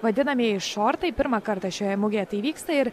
vadinamieji šortai pirmą kartą šioje mugėje tai vyksta ir